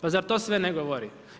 Pa zar to sve ne govori?